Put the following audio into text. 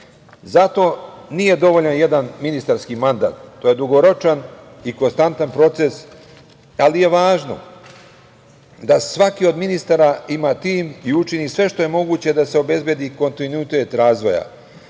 rada. Zato nije dovoljan jedan ministarski mandat. To je dugoročan i konstantan proces, ali je važno da svaki od ministara ima tim i učini sve što je moguće da se obezbedi kontinuitet razvoja.